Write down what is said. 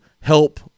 help